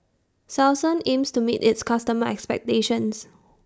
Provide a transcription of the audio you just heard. Selsun aims to meet its customers' expectations